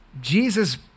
Jesus